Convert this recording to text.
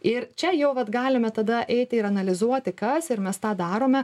ir čia jau vat galime tada eiti ir analizuoti kas ir mes tą darome